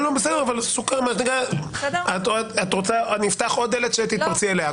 אם את רוצה, אני אפתח עוד דלת שתתפרצי אליה.